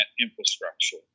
infrastructure